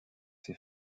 ces